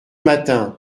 matin